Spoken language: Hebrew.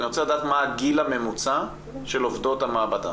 אני רוצה לדעת מה הגיל הממוצע של עובדות המעבדה